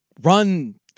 run